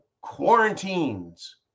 quarantines